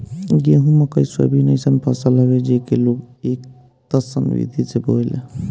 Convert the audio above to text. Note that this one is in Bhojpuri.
गेंहू, मकई, सोयाबीन अइसन फसल हवे जेके लोग एकतस्सन विधि से बोएला